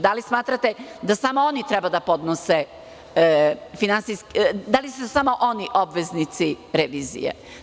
Da li smatrate da samo oni treba da podnose, da li su samo oni obveznici revizije?